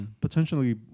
potentially